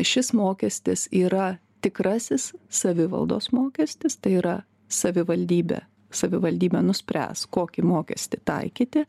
šis mokestis yra tikrasis savivaldos mokestis tai yra savivaldybė savivaldybė nuspręs kokį mokestį taikyti